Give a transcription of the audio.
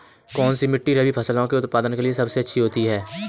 कौनसी मिट्टी रबी फसलों के उत्पादन के लिए अच्छी होती है?